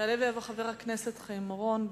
יעלה ויבוא חבר הכנסת חיים אורון.